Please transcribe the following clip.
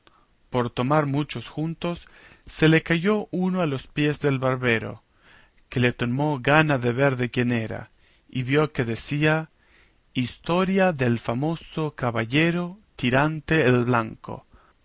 por tomar muchos juntos se le cayó uno a los pies del barbero que le tomó gana de ver de quién era y vio que decía historia del famoso caballero tirante el blanco